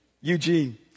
Eugene